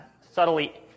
subtly